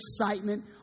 excitement